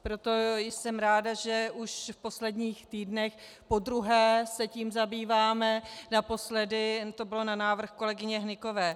Proto jsem ráda, že už v posledních týdnech podruhé se tím zabýváme, naposledy to bylo na návrh kolegyně Hnykové.